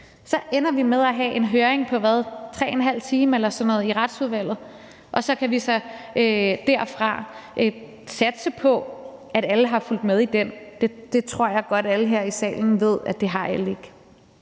stedet med at have en høring på 3½ time eller sådan noget i Retsudvalget, og så kan vi så derfra satse på, at alle har fulgt med i den. Det tror jeg godt alle her i salen ved alle ikke